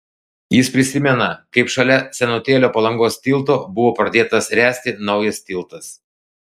jis prisimena kaip šalia senutėlio palangos tilto buvo pradėtas ręsti naujas tiltas